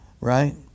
right